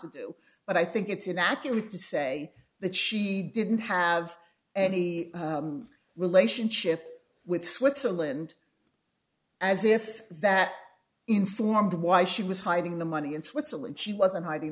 to do but i think it's inaccurate to say that she didn't have any relationship with switzerland as if that informed why she was hiding the money in switzerland she wasn't hiding